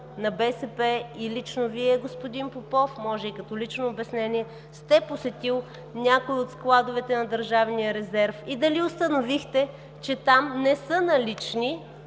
на БСП и лично Вие, господин Попов, може и като лично обяснение, сте посетили някои от складовете на Държавния резерв и дали установихте, че там не са налични